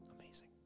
Amazing